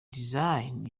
design